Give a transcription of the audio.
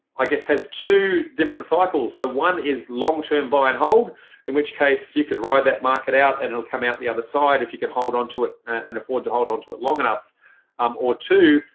like has two different cycles so one is long term buy and hold in which case you could ride that market out and it'll come out the other side if you can hold on to it and afford to hold on to it long enough um or two,